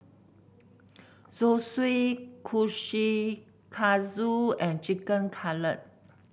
Zosui Kushikatsu and Chicken Cutlet